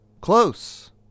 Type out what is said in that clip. close